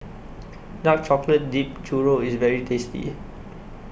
Dark Chocolate Dipped Churro IS very tasty